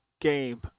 game